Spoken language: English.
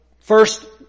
first